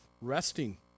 resting